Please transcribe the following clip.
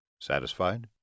Satisfied